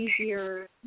easier